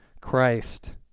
Christ